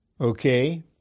Okay